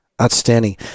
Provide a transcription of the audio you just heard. Outstanding